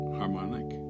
harmonic